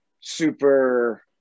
super